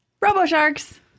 RoboSharks